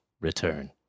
return